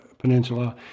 peninsula